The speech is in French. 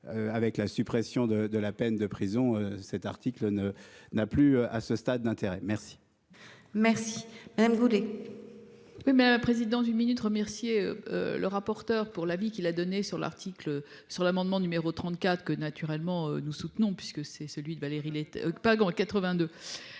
Avec la suppression de la peine de prison. Cet article ne n'a plus à ce stade l'intérêt mais. Merci madame voulez. Oui, mais président d'une minute remercier le rapporteur pour la vie qu'il a donnée sur l'article sur l'amendement numéro 34 que naturellement nous soutenons puisque c'est celui de Valérie. Pagan 82.